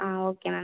ah okay ma'am